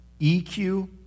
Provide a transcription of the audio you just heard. EQ